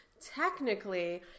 technically